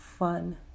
fun